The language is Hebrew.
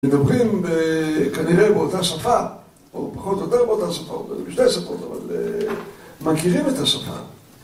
מדברים ב.. כנראה באותה שפה, או פחות או יותר באותה שפה, או בשתי שפות, אבל מכירים את השפה.